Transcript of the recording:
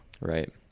right